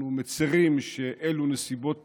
אנחנו מצירים שאלו נסיבות